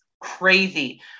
crazy